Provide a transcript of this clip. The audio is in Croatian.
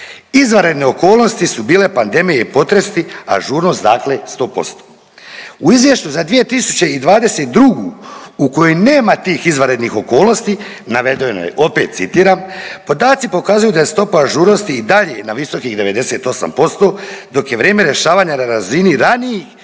Izvanredne okolnosti su bile pandemija i potresi, ažurnost dakle 100%. U izvješću za 2022. u kojoj nema tih izvanrednih okolnosti navedeno je opet citiram „podaci pokazuju da je stopa ažurnosti i dalje na visokih 98% dok je vrijeme rješavanja na razini ranijih